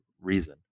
reason